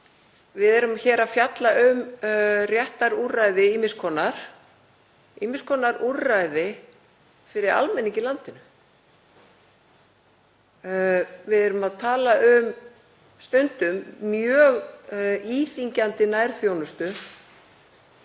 við erum hér að fjalla um réttarúrræði ýmiss konar, ýmiss konar úrræði fyrir almenning í landinu. Við erum að tala um stundum mjög íþyngjandi nærþjónustu,